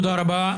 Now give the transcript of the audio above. תודה רבה.